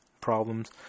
problems